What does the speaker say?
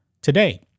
Today